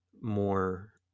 more